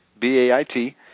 B-A-I-T